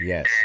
Yes